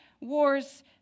wars